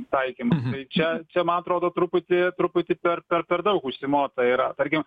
taikymas tai čia čia man atrodo truputį truputį per per per daug užsimota yra tarkim